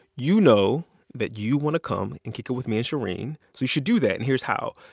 you know that you want to come and kick it with me and shereen. so you should do that. and here's how.